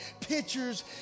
Pictures